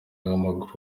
w’amaguru